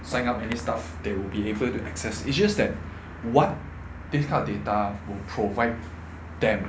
sign up any stuff they will be able to access it's just that what this kind of data will provide them